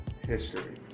history